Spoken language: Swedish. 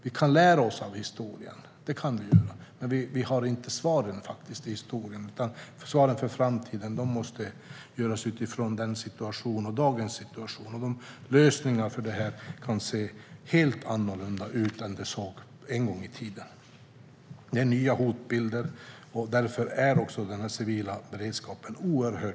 Vi kan lära oss av historien, men vi har inte svaren i historien. Svaren för framtiden måste tas fram utifrån dagens situation. Lösningarna kan se helt annorlunda ut än de gjorde en gång i tiden. Det är fråga om nya hotbilder. Därför är denna civila beredskap oerhört viktig.